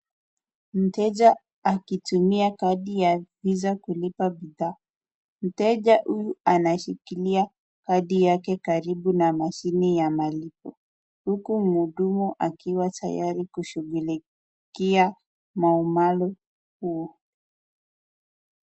Mteja akitumia kadi ya visa kulipa bidhaa. Mteja huyu anashikila kadi yake karibu na mashine ya malipo, huku muhudumu akiwa tayari kushughulikia maumalo huu.